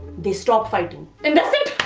they stop fighting. and that's it!